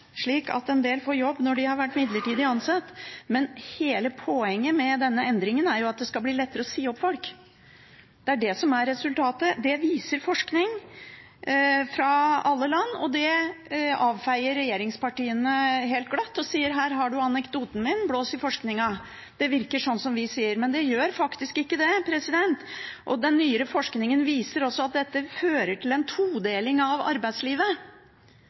slik at en del får jobb når de har vært midlertidig ansatt, men hele poenget med denne endringen er jo at det skal bli lettere å si opp folk. Det er det som er resultatet. Det viser forskning fra alle land. Det avfeier regjeringspartiene helt glatt og sier: Her har du anekdoten min, blås i forskningen, det virker sånn som vi sier! Men det gjør faktisk ikke det, og den nyere forskningen viser også at dette fører til en todeling av arbeidslivet,